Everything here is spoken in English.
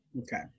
Okay